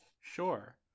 Sure